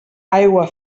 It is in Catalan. aigua